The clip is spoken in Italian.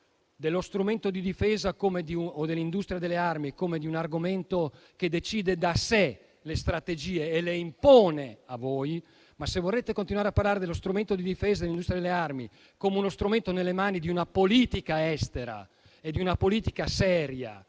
dello strumento di difesa o dell'industria delle armi come di un argomento che decide da sé le strategie e le impone a voi, ma dello strumento di difesa e dell'industria delle armi come strumento nelle mani di una politica estera e di una politica seria